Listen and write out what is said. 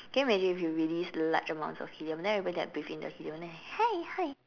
can you imagine if you release large amounts of helium then everybody like breathe in the helium then like hey hi